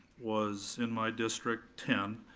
was in my district, ten.